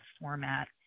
format